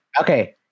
Okay